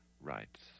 writes